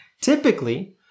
Typically